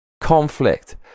conflict